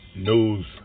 news